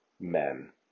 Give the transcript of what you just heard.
men